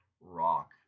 rock